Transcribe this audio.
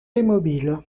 mobile